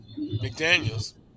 McDaniels